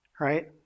right